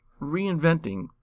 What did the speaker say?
reinventing